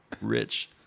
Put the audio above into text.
rich